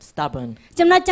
Stubborn